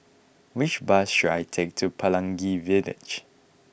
which bus should I take to Pelangi Village